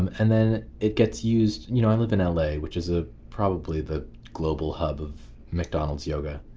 and then it gets used. you know, i live in ah la, which is ah probably the global hub of mcdonald's yoga